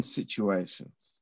situations